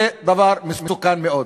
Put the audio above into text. זה דבר מסוכן מאוד.